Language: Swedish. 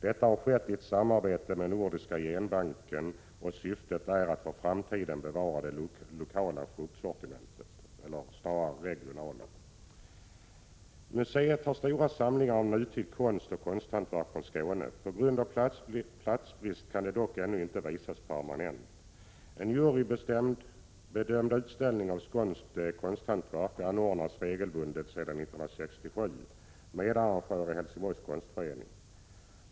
Detta har skett i samarbete med Nordiska genbanken, och syftet är att för framtiden bevara det lokala fruktsortimentet. Museet har stora samlingar av nutida konst och konsthantverk från Skåne. På grund av platsbrist kan de dock ännu inte visas permanent. En jurybedömd utställning av skånskt konsthantverk anordnas regelbundet sedan 1967. Medarrangör är Helsingborgs konstförening.